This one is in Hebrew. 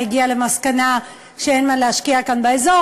הגיע למסקנה שאין מה להשקיע כאן באזור.